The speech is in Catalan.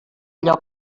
allò